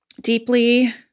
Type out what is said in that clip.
deeply